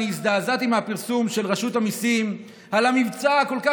אני הזדעזעתי מהפרסום של רשות המיסים על המבצע הכל-כך